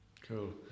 cool